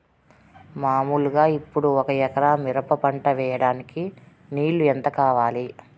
మామూలుగా ఇప్పుడు ఒక ఎకరా మిరప పంట వేయడానికి నీళ్లు ఎంత కావాలి?